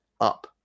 up